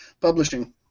Publishing